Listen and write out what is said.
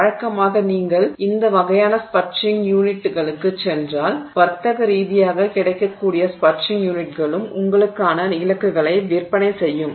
வழக்கமாக நீங்கள் இந்த வகையான ஸ்பட்டரிங் யூனிட்டுகளுக்குச் சென்றால் வர்த்தக ரீதியாக கிடைக்கக்கூடிய ஸ்பட்டரிங் யூனிட்களும் உங்களுக்கான இலக்குகளை விற்பனை செய்யும்